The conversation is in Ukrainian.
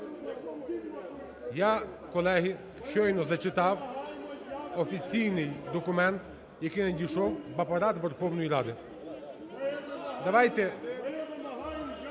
Я, колеги, щойно зачитав офіційний документ, який надійшов в Апарат Верховної Ради. Давайте